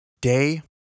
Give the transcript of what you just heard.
Day